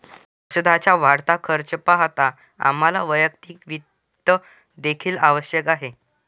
औषधाचा वाढता खर्च पाहता आम्हाला वैयक्तिक वित्त देखील आवश्यक आहे